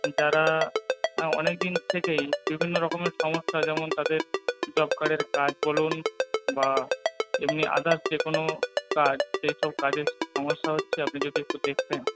যারা অনেকদিন থেকেই বিভিন্ন রকমের সমস্যা যেমন তাদের জব কার্ডের কাজ বলুন বা এমনি আদার্স যে কোনো কাজ সেই সব কাজে সমস্যা হচ্ছে আপনি যদি একটু দেখতেন